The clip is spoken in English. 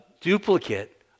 duplicate